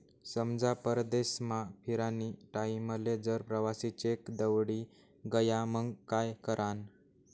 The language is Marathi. समजा परदेसमा फिरानी टाईमले जर प्रवासी चेक दवडी गया मंग काय करानं?